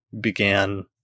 began